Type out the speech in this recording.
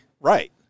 Right